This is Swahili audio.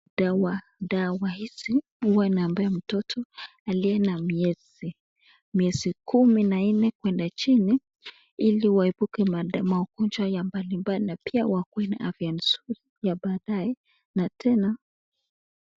Dawa hizi huwa unampea mtoto aliye na miezi kumi na nne kuenda chini hili waupuke magonjwa ya Haina mbalimbali na tena wakuwe na afya njema .